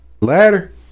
Later